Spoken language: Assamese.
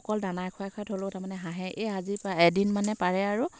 অকল দানাই খুৱাই খুৱাই থ'লও তাৰমানে হাঁহে এই আজি পাৰে এদিন মানে পাৰে আৰু